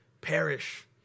perish